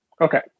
okay